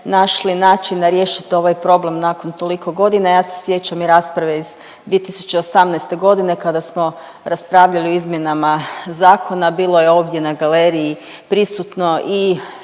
našli načina riješit ovaj problem nakon toliko godina. Ja se sjećam i rasprave iz 2018. godine kada smo raspravljali o izmjenama zakona, bilo je ovdje na galeriji prisutno i